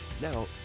Now